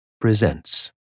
presents